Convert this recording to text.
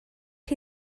chi